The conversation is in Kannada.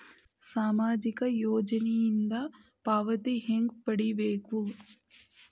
ಸಾಮಾಜಿಕ ಯೋಜನಿಯಿಂದ ಪಾವತಿ ಹೆಂಗ್ ಪಡಿಬೇಕು?